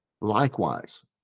Likewise